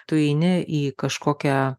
tu įeini į kažkokią